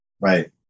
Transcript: Right